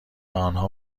آنها